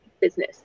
business